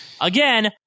again